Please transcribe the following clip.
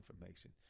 information